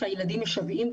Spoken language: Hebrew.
שהילדים משוועים לו,